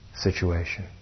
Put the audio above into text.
situation